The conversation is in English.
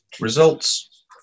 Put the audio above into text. Results